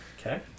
Okay